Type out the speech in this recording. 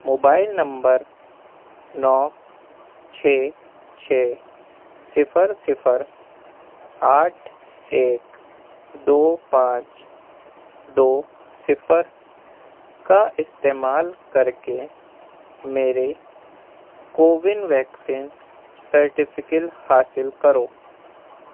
mobile number نو چھ چھ صفر صفر آٹھ ایک دو پانچ دو صفر کا استعمال کر کے میرے کوون ویکسین سرٹیفکیل حاصل کرو